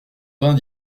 vingt